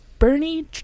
bernie